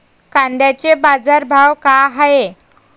कांद्याचे बाजार भाव का हाये?